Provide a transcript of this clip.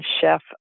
chef